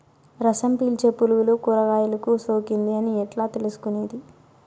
రసం పీల్చే పులుగులు కూరగాయలు కు సోకింది అని ఎట్లా తెలుసుకునేది?